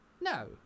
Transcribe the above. no